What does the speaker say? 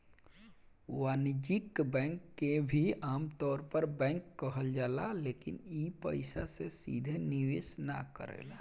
वाणिज्यिक बैंक के भी आमतौर पर बैंक कहल जाला लेकिन इ पइसा के सीधे निवेश ना करेला